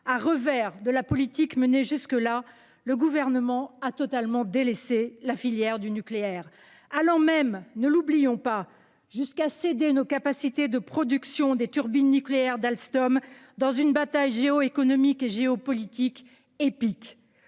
à revers de la politique menée jusque-là, le Gouvernement a totalement délaissé la filière du nucléaire. Il est même allé, ne l'oublions pas, jusqu'à céder les capacités de production de turbines nucléaires d'Alstom, dans une bataille géoéconomique et géopolitique épique.